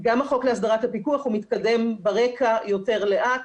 גם החוק להסדרת הפיקוח מתקדם ברקע יותר לאט,